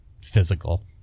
physical